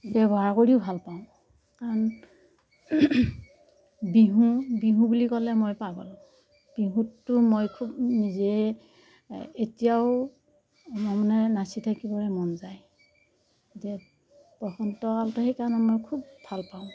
ব্যৱহাৰ কৰিও ভাল পাওঁ কাৰণ বিহু বিহু বুলি ক'লে মই পাগল বিহুততো মই খুব নিজেই এতিয়াও মই মানে নাচি থাকিবৰে মন যায় যে বসন্ত কালটো সেইকাৰণে মই খুব ভালপাওঁ